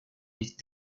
les